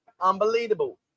Unbelievable